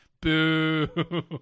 Boo